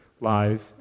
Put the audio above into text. lies